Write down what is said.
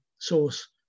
source